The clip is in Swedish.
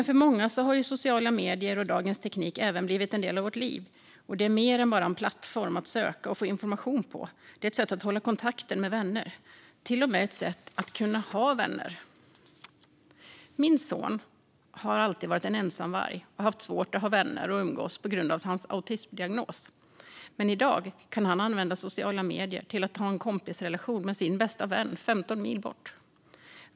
För många har sociala medier och dagens teknik även blivit en del av våra liv. Det är mer än bara en plattform att söka och få information på. Det är ett sätt att hålla kontakten med vänner, till och med ett sätt att kunna ha vänner. Min son har alltid varit en ensamvarg och haft svårt att ha vänner och umgås på grund av sin autismdiagnos. Men i dag kan han använda sociala medier till att ha en kompisrelation med sin bästa vän 15 mil bort.